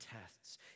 tests